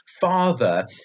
father